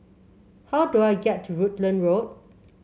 how do I get to Rutland Road